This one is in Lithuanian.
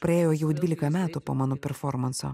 praėjo jau dvylika metų po mano performanso